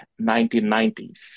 1990s